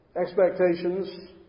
expectations